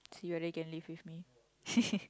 see whether you can live with me